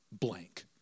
Blank